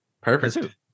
Perfect